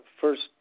first